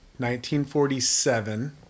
1947